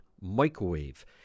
microwave